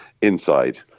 inside